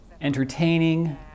entertaining